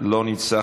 לא נמצא,